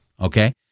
Okay